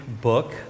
book